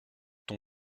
ton